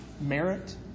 Merit